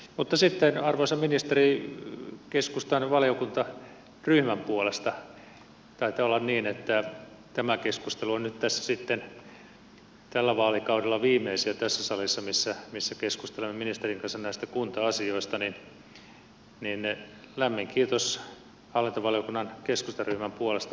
mutta sitten arvoisa ministeri taitaa olla niin että tämä keskustelu on nyt tällä vaalikaudella viimeisiä tässä salissa missä keskustelemme ministerin kanssa näistä kunta asioista joten lämmin kiitos hallintovaliokunnan keskustaryhmän puolesta kaikesta yhteistyöstä näissä kunta asioissakin